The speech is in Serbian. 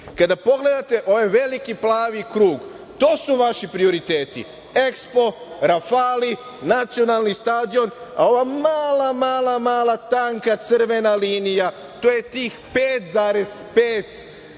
Kada pogledate ovaj veliki plavi krug, to su vaši prioriteti, EKSPO, „Rafali“, Nacionalni stadion, a ova mala, mala tanka crvena linija, to je tih 5,5